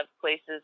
places